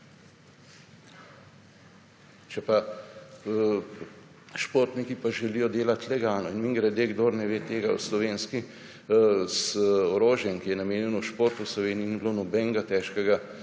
športniki želijo delati legalno. In mimogrede, kdor ne ve tega, v slovenskem orožjem, ki je namenjeno športu, v Sloveniji ni bilo nobenega težkega